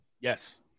Yes